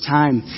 time